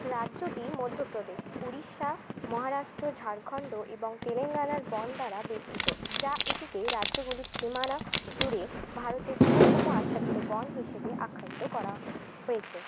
রাজ্যটি মধ্যপ্রদেশ উড়িষ্যা মহারাষ্ট্র ঝাড়খণ্ড এবং তেলেঙ্গানার বন দ্বারা বেষ্টিত যা এটিকে রাজ্যগুলির সীমানা জুড়ে ভারতের বৃহত্তম আচ্ছাদিত বন হিসেবে আখ্যায়িত করা হয়েছে